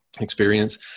experience